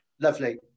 Lovely